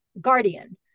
guardian